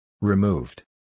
Removed